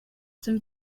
dem